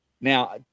now